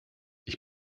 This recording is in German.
ich